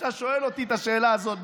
כשאתה שואל אותי את השאלה הזאת,